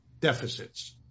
deficits